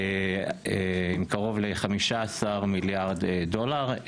קרוב ל-15 מיליארד דולר.